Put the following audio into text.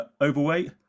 overweight